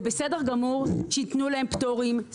זה בסדר גמור שייתנו להם פטורים,